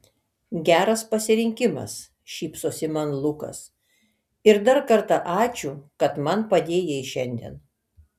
geras pasirinkimas šypsosi man lukas ir dar kartą ačiū kad man padėjai šiandien